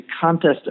contest